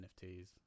NFTs